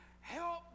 help